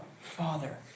Father